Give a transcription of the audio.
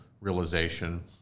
realization